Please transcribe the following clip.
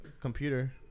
computer